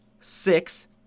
Six